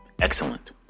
excellent